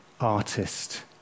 artist